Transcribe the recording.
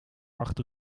achter